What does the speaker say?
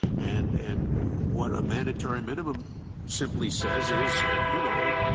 and and what a mandatory minimum simply says is, you know,